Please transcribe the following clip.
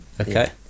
okay